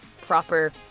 proper